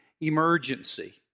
emergency